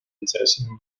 интересами